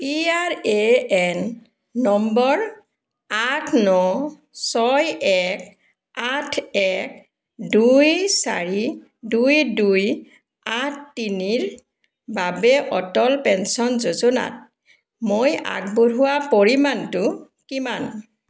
P R A N number আঠ ন ছয় এক আঠ এক দুই চাৰি দুই দুই আঠ তিনি ৰ বাবে অটল পেঞ্চন যোজনাত মই আগবঢ়োৱা পৰিমাণটো কিমান